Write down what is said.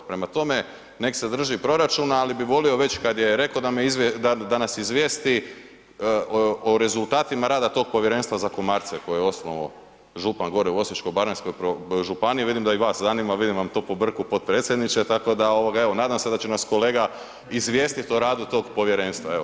Prema tome, nek se drži proračuna ali bi volio već kad je rekao, da nas izvijesti o rezultatima rada tog povjerenstva za komarce koju je osnovao župan gore u Osječko-baranjskoj županiji, vidim da i vas zanima, vidim vam to po brku, potpredsjedniče, tako da evo, nadam se da će nas kolega izvijestiti o radu tog povjerenstva, evo, hvala lijepo.